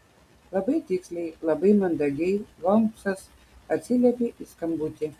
labai tiksliai labai mandagiai holmsas atsiliepė į skambutį